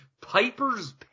Piper's